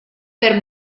per